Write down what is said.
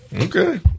Okay